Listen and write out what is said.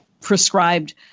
prescribed